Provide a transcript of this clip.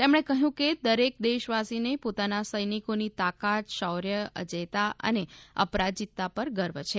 તેમણે કહ્યું કે દરેક દેશવાસીને પોતાના સૈનિકોની તાકાત શૌર્ય અજેયતા અને અપરાજિતતા પર ગર્વ છે